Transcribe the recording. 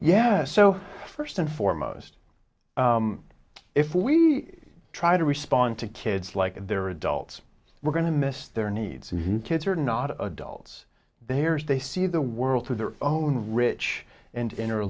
yeah so first and foremost if we try to respond to kids like they're adults we're going to miss their needs and kids are not adults they are if they see the world through their own rich and in